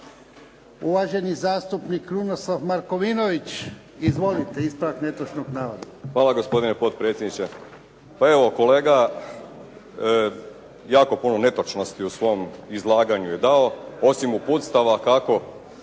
Uvaženi zastupnik Krunoslav Markovinović. Izvolite, ispravak netočnog navoda. **Markovinović, Krunoslav (HDZ)** Hvala gospodine potpredsjedniče. Pa evo, kolega jako puno netočnosti u svom izlaganju je dao, osim uputstava kako